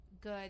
good